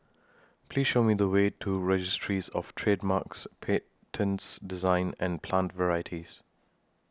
Please Show Me The Way to Registries of Trademarks Patents Designs and Plant Varieties